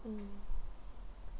mm